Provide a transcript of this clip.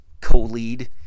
co-lead